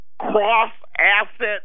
cross-asset